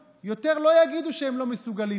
ואנחנו יודעים שהציבור סובל בגלל